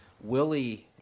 Willie